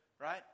right